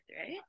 right